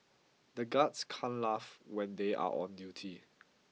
the guards can't laugh when they are on duty